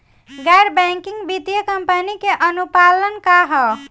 गैर बैंकिंग वित्तीय कंपनी के अनुपालन का ह?